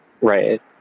Right